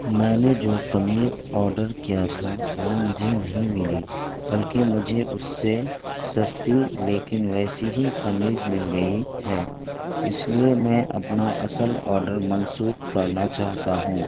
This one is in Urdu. میں نے جو قمیض آڈر کیا تھا وہ مجھے نہیں ملی بلکہ مجھے اس سے سستی لیکن ویسی ہی قمیض مل گئی ہے اس لیے میں اپنا اصل آڈر منسوخ کرنا چاہتا ہوں